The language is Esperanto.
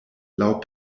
laŭ